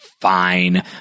fine